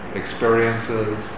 experiences